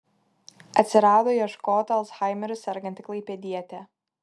atsirado ieškota alzheimeriu serganti klaipėdietė